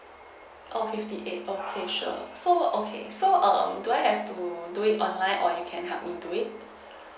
oh fifty eight okay sure so okay so um do I have to do it online or you can help me do it